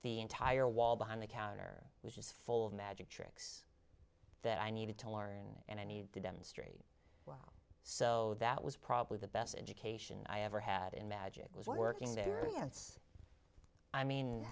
the entire wall behind the counter which is full of magic tricks that i needed to learn and i need to demonstrate so that was probably the best education i ever had in magic was working there yes i mean